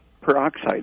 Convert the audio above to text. peroxide